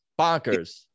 Bonkers